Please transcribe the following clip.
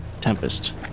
Tempest